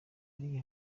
uriye